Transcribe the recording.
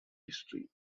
history